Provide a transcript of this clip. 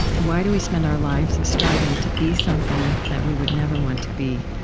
why do we spend our lives striving to be something that we would never want to be,